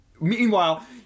Meanwhile